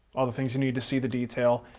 all the things you need to see the detail.